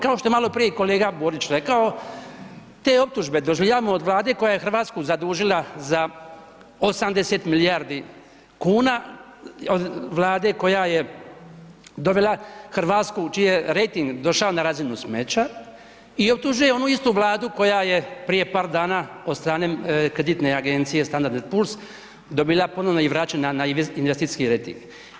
Kao što je maloprije, kolega Borić rekao, te optužbe doživljavamo od vlade koja je Hrvatsku zadužila za 80 milijardi kuna, od vlade koja je dovela Hrvatsku, čiji je rejting, došao na razinu smeća i optužuje onu istu vladu, koja je prije par dana od strane kreditne agencije Stadnard and puls, dobila ponovno i vraćena na investicijski rejting.